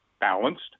balanced